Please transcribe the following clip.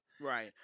right